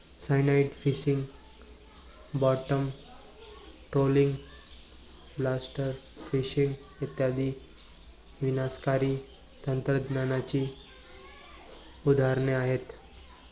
cyanide fishing, bottom trawling, blast fishing इत्यादी विनाशकारी तंत्रज्ञानाची उदाहरणे आहेत